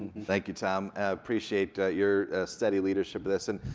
thank you tom. appreciate your steady leadership with us, and